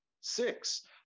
Six